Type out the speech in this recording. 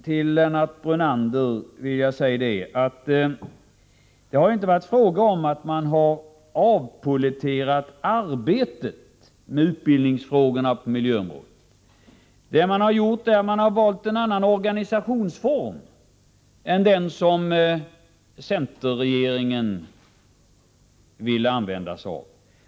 Till Lennart Brunander vill jag säga att det inte varit fråga om att avpollettera arbetet med utbildningsfrågorna på miljöområdet. Det man har gjort är att man valt en annan organisationsform än den som centern vill använda sig av.